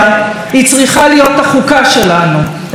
אפשר לחוקק אותה, החוק כבר הוגש.